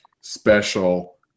special